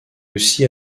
aussi